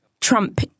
Trump